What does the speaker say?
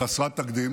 חסרת תקדים